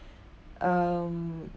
um